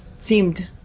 seemed